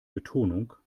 betonung